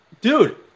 Dude